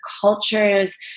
cultures